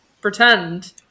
pretend